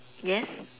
yes